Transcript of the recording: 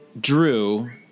Drew